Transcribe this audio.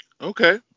Okay